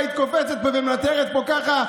היית קופצת ומנתרת פה ככה?